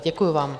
Děkuji vám.